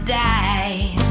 die